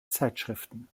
zeitschriften